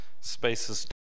spaces